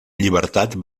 llibertat